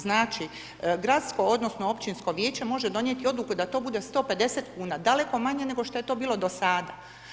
Znači gradsko odnosno općinsko vijeće može donijeti odluku da to bude 150 kuna daleko manje nego što je to bilo do sada.